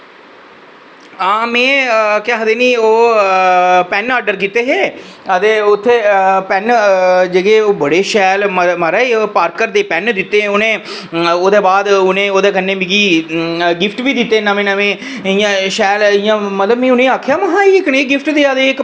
आं में ओह् केह् आखदे नी कि पेन ऑर्डर कीते हे ते उत्थें पेन जेह्के ओह् बड़े शैल म्हाराज पार्कर दे पेन दित्ते उ'नें ओह्दे बाद उनें मिगी गिफ्ट बी दित्ते नमें नमें नेईं इं'या शैल में उ'नेंगी आक्खेआ कि एह् कनेह् गिफ्ट देआ दे